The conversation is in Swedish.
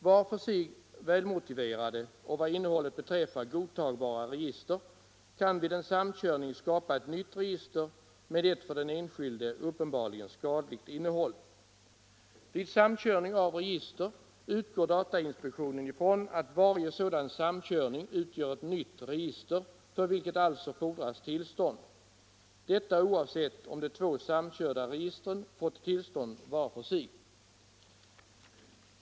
Var för sig välmotiverade och, vad innehållet beträffar, godtagbara register kan vid en samkörning skapa ett nytt register med ett för den enskilde uppenbarligen skadligt innehåll. Vid samkörning av register utgår datainspektionen från att varje sådan samkörning utgör ett nytt register, för vilket alltså tillstånd fordras — detta oavsett om de två samkörda registren har fått tillstånd var för sig.